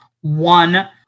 one